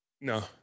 No